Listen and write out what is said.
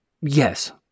Yes